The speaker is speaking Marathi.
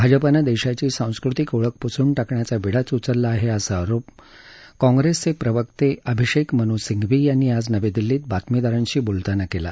भाजपानं देशाची सांस्कृतिक ओळख पुसून टाकण्याचा विडाच उचलला आहे असा आरोप काँग्रेसचे प्रवक्ता अभिषेक मनु सिंघवी यांनी आज नवी दिल्लीत बातमीदारांशी बोलताना केला